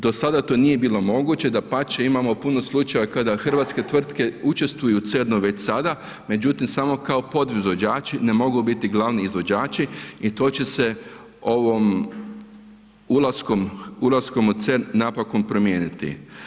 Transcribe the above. Do sada to nije bilo moguće, dapače, imamo puno slučajeva kada hrvatske tvrtke učestvuju u CERN-u već sada, međutim, samo kao podizvođači, ne mogu biti glavni izvođači i to će se ovom, ulaskom u CERN napokon promijeniti.